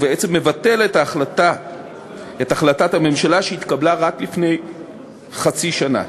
ובעצם מבטל את החלטת הממשלה שהתקבלה רק לפני חצי שנה